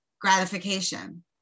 gratification